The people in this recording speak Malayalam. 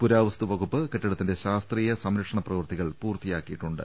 പുരാവസ്തു വകൂപ്പ് കെട്ടിടത്തിന്റെ ശാസ്ത്രീയ സംരക്ഷ ണപ്രവൃത്തികൾ പൂർത്തിയാക്കിയിട്ടുണ്ട്